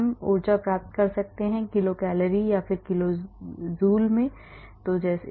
हम ऊर्जा प्राप्त कर सकते हैं किलो कैलोरी या किलो जूल में है